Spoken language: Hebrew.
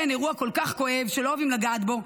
כן, אירוע כל כך כואב שלא אוהבים לגעת בו.